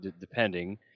Depending